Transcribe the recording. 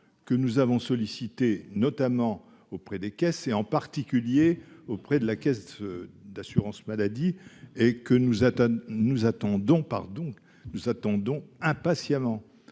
que nous avons sollicité, notamment auprès des caisses, et en particulier auprès de la caisse d'assurance maladie et que nous attends, nous attendons,